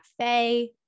Cafe